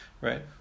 right